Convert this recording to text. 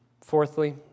Fourthly